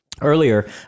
earlier